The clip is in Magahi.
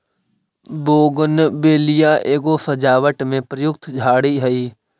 बोगनवेलिया एगो सजावट में प्रयुक्त झाड़ी हई